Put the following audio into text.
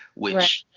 which